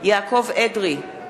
יעקב אדרי,